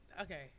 Okay